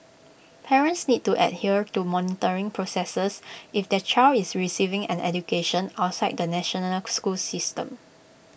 parents need to adhere to monitoring processes if their child is receiving an education outside the national school system